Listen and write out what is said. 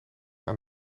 aan